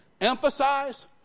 emphasize